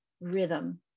rhythm